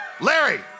Larry